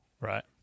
right